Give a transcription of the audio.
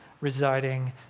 residing